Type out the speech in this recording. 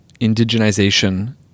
indigenization